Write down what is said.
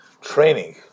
training